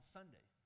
Sunday